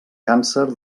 càncer